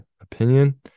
opinion